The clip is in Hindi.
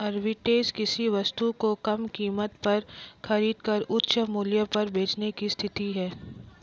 आर्बिट्रेज किसी वस्तु को कम कीमत पर खरीद कर उच्च मूल्य पर बेचने की स्थिति है